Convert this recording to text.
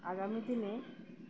আগামী দিনে